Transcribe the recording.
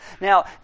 Now